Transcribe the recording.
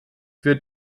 wird